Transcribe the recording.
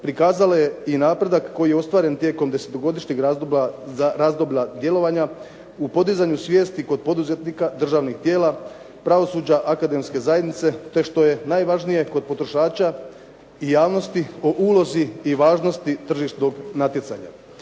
prikazala je i napredak koji je ostvaren tijekom desetogodišnjeg razdoblja djelovanja u podizanju svijesti kod poduzetnika državnih tijela, pravosuđa, akademske zajednice te što je najvažnije kod potrošača i javnosti o ulozi i važnosti tržišnog natjecanja.